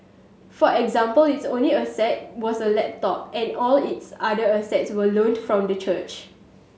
for example its only asset was a laptop and all its other assets were loaned from the church